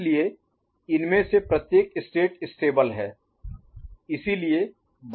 इसलिए इनमें से प्रत्येक स्टेट स्थिति स्टेबल Stable स्थिर है